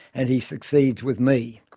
and he succeeds with me.